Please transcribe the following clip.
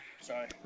sorry